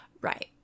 right